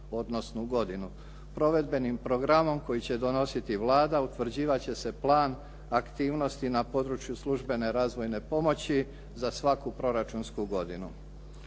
odnosnu godinu. Provedbenim programom koji će se donositi Vlada utvrđivat će se plan aktivnosti na području službene razvojne pomoći za svaku proračunsku godinu.